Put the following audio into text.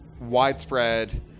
widespread